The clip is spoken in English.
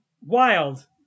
Wild